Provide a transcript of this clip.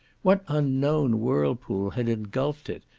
what unknown whirlpool had engulphed it,